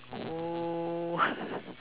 oh